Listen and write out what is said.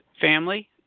family